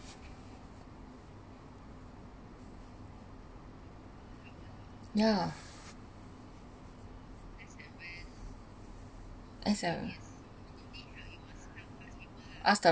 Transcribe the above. yeah ask the ask the